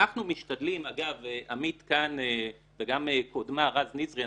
אנחנו משתדלים אגב עמית כאן וגם קודמה רז נזרי,